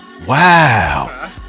Wow